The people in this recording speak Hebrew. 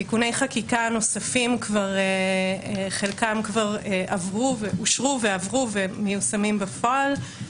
תיקוני חקיקה נוספים חלקם כבר אושרו ועברו ומיושמים בפועל,